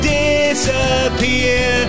disappear